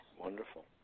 Wonderful